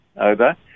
over